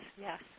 yes